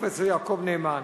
הפרופסור יעקב נאמן.